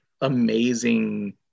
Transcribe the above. amazing